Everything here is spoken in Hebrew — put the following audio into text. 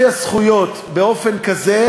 את הראש בחול, אמרתי טוב?